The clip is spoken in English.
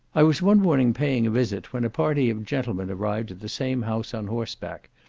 i was one morning paying a visit, when a party of gentlemen arrived at the same house on horseback.